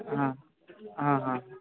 ಹಾಂ ಹಾಂ ಹಾಂ